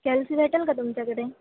कॅल्सी भेटेल का तुमच्याकडे